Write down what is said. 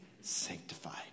sanctified